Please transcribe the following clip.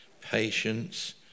patience